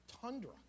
Tundra